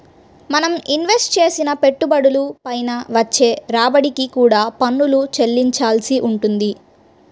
మనం ఇన్వెస్ట్ చేసిన పెట్టుబడుల పైన వచ్చే రాబడికి కూడా పన్నులు చెల్లించాల్సి వుంటది